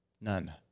None